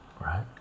right